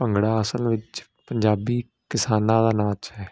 ਭੰਗੜਾ ਅਸਲ ਵਿੱਚ ਪੰਜਾਬੀ ਕਿਸਾਨਾਂ ਦਾ ਨਾਚ ਹੈ